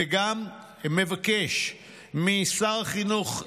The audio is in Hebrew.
וגם מבקש משר החינוך,